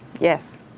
yes